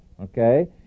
okay